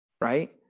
Right